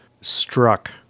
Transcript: struck